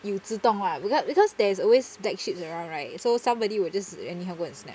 you 自动 lah because there is always black sheeps around right so somebody will just anyhow [ho] and snap